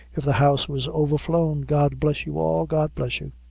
if the house was overflown. god bless you all god bless you.